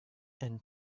and